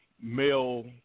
male